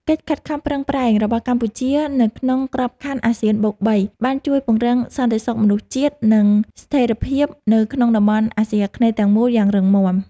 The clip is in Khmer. កិច្ចខិតខំប្រឹងប្រែងរបស់កម្ពុជានៅក្នុងក្របខ័ណ្ឌអាស៊ានបូកបី បានជួយពង្រឹងសន្តិសុខមនុស្សជាតិ និងស្ថិរភាពនៅក្នុងតំបន់អាស៊ីអាគ្នេយ៍ទាំងមូលយ៉ាងរឹងមាំ។